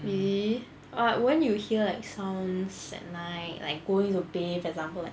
really but won't you hear like sounds at night like going to bathe example like